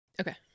Okay